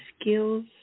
skills